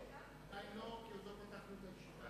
גבירותי וחברי חברי הכנסת,